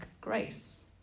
grace